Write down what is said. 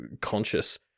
conscious